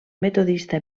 metodista